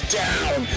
down